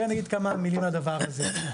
אני כן אגיד כמה מילים על הדבר הזה.